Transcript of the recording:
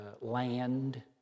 land